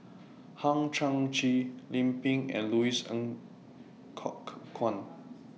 Hang Chang Chieh Lim Pin and Louis Ng Kok Kwang